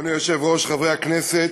אדוני היושב-ראש, חברי הכנסת,